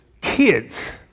kids